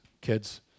kids